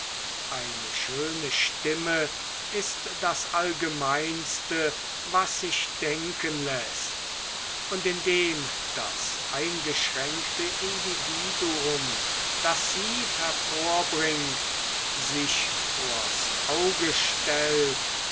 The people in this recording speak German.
eine schöne stimme ist das allgemeinste was sich denken läßt und indem das eingeschränkte individuum das sie hervorbringt sich vors auge stellt